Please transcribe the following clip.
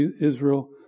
Israel